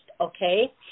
okay